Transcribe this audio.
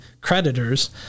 creditors